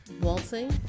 Waltzing